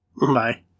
Bye